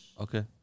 Okay